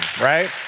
right